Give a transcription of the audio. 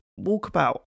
walkabout